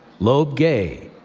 lobe gaye.